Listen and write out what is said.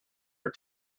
are